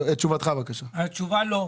התשובה, לא.